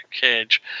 Cage